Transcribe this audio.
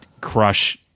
crush